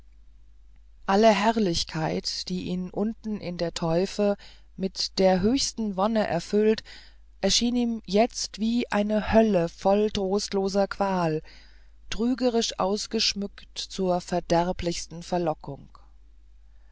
alle herrlichkeit die ihn unten in der teufe mit der höchsten wonne erfüllt erschien ihm jetzt wie eine hölle voll trostloser qual trügerisch ausgeschmückt zur verderblichsten verlockung